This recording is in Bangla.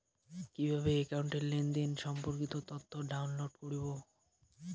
কিভাবে একাউন্টের লেনদেন সম্পর্কিত তথ্য ডাউনলোড করবো?